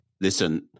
Listen